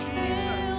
Jesus